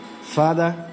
Father